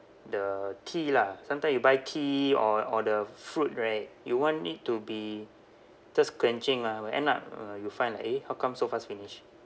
the tea lah sometime you buy tea or or the fruit right you want it to be thirst quenching mah when end up uh you find like eh how come so fast finish